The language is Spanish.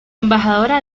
embajadora